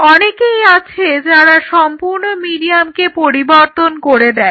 অনেকেই আছে যারা সম্পূর্ণ মিডিয়ামকে পরিবর্তন করে দেয়